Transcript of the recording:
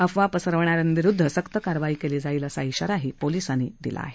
अफवा पसरवणाऱ्यांविरुद्ध सक्त कारवाई केली जाईल असा इशाराही पोलिसांनी दिला आहे